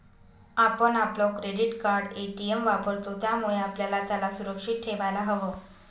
आपण आपलं credit card, ATM वापरतो, त्यामुळे आपल्याला त्याला सुरक्षित ठेवायला हव